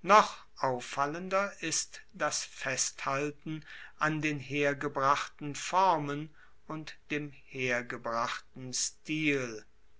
noch auffallender ist das festhalten an den hergebrachten formen und dem hergebrachten stil